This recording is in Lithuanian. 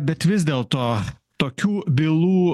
bet vis dėlto tokių bylų